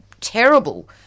terrible